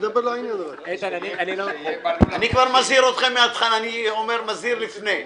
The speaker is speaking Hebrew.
אני כבר מזהיר אתכם מהתחלה, אני מזהיר לפני.